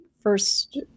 first